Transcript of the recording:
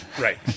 Right